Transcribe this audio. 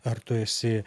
ar tu esi